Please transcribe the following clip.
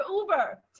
Uber